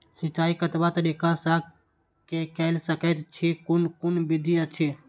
सिंचाई कतवा तरीका स के कैल सकैत छी कून कून विधि अछि?